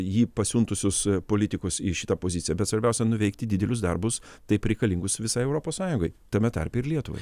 jį pasiuntusius politikus į šitą poziciją bet svarbiausia nuveikti didelius darbus taip reikalingus visai europos sąjungai tame ir lietuvai